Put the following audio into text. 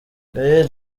gael